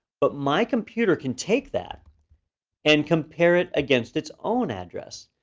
but my computer can take that and compare it against its own address.